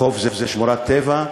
חוף זה שמורת טבע,